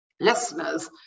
Listeners